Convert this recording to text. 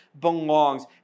belongs